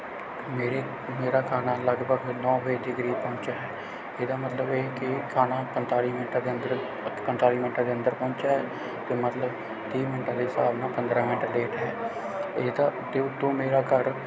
ਮੇਰੇ ਮੇਰਾ ਖਾਣਾ ਲਗਭਗ ਨੌਂ ਵਜੇ ਦੇ ਕਰੀਬ ਪੁਹੰਚਿਆ ਹੈ ਇਹਦਾ ਮਤਲਬ ਇਹ ਕਿ ਖਾਣਾ ਪੰਤਾਲੀ ਮਿੰਟ ਦੇ ਅੰਦਰ ਪੰਤਾਲੀ ਮਿੰਟਾਂ ਦੇ ਅੰਦਰ ਪਹੁੰਚਿਆ ਅਤੇ ਮਤਲਬ ਤੀਹ ਮਿੰਟਾਂ ਦੇ ਹਿਸਾਬ ਨਾਲ ਪੰਦਰ੍ਹਾਂ ਮਿੰਟ ਲੇਟ ਹੈ ਇਹ ਤਾਂ ਮੇਰਾ ਘਰ